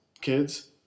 Kids